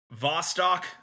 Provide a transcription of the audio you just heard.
Vostok